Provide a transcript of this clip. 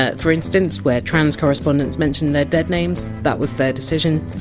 ah for instance, where trans correspondents mention their dead names, that was their decision.